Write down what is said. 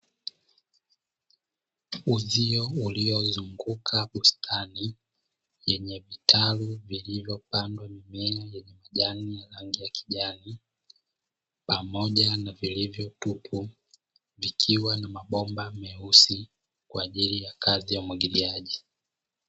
Uzio uliozunguka bustani yenye vitalu vilivyopandwa mimea yenye rangi ya kijani pamoja na vilivyotupu, vikiwa na mabomba meusi kwa ajili ya kazi ya umwagiliaji.